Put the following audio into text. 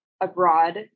abroad